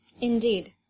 Indeed